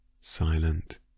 silent